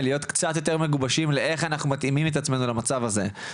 להיות קצת יותר מגובשים על איך אנחנו מתאימים את עצמינו למצב הזה.